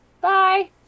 Bye